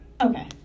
okay